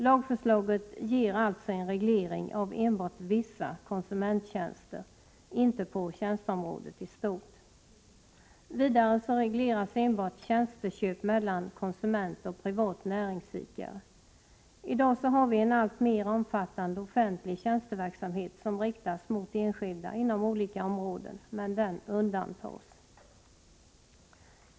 Lagförslaget ger alltså en reglering av enbart vissa konsumenttjänster — inte av tjänsteområdet i stort. Vidare regleras enbart tjänsteköp mellan konsument och privat näringsidkare. Vi har i dag en alltmer omfattande offentlig tjänsteverksamhet som riktas till enskilda inom olika områden — men den undantas.